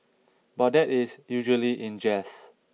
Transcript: but that is usually in jest